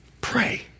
pray